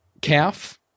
calf